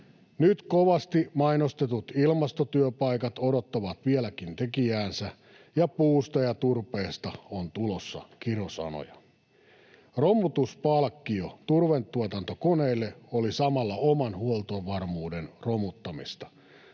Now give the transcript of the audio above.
Nyt kovasti mainostetut ilmastotyöpaikat odottavat vieläkin tekijäänsä ja puusta ja turpeesta on tulossa kirosanoja. Romutuspalkkio turvetuotantokoneille oli samalla oman huoltovarmuuden romuttamista.